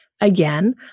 Again